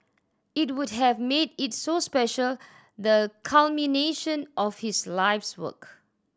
it would have made it so special the culmination of his life's work